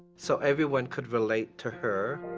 so everyone could relate to her.